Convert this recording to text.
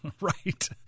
Right